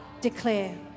declare